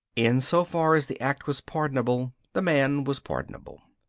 in so far as the act was pardonable, the man was pardonable.